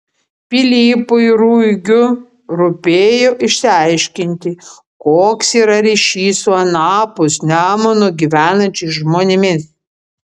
pilypui ruigiu rūpėjo išsiaiškinti koks yra ryšys su anapus nemuno gyvenančiais žmonėmis